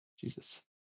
Jesus